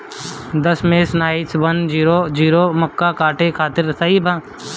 दशमेश nine one zero zero मक्का काटे खातिर सही ह?